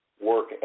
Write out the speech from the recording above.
work